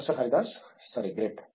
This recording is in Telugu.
ప్రతాప్ హరిదాస్ సరే గ్రేట్